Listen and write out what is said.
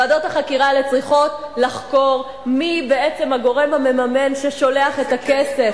ועדות החקירה האלו צריכות לחקור מי בעצם הגורם המממן ששולח את הכסף.